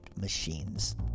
machines